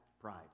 pride